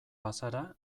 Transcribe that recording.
bazara